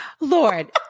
Lord